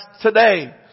today